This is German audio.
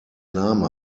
name